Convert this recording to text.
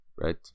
right